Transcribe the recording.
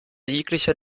jeglicher